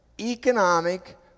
economic